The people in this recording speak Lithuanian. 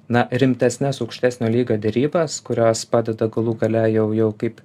na rimtesnes aukštesnio lygio derybas kurios padeda galų gale jau jau kaip